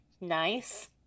Nice